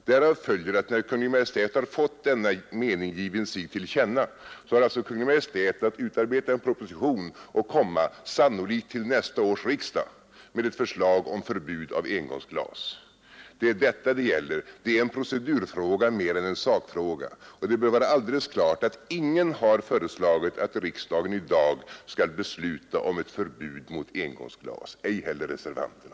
Därav följer att när Kungl. Maj:t har fått denna mening given sig till känna, har alltså Kungl. Maj:t att utarbeta en proposition och komma — sannolikt till nästa års riksdag — med ett förslag om förbud mot engångsglas. Det är detta det gäller. Det är en procedurfråga mer än en sakfråga, och det bör vara alldeles klart att ingen har föreslagit att riksdagen i dag skall besluta om ett förbud mot engångsglas, ej heller reservanterna.